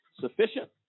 sufficient